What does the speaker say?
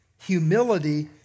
Humility